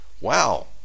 Wow